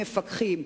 מפקחים.